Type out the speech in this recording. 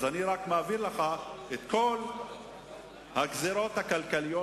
אז אני רק מעביר לך את כל הגזירות הכלכליות